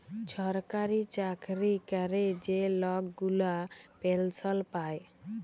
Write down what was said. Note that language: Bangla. ছরকারি চাকরি ক্যরে যে লক গুলা পেলসল পায়